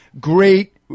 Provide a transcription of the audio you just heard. great